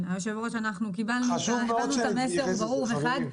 היושב-ראש, אנחנו הבנו את המסר ברור וחד.